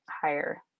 higher